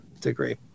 degree